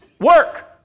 work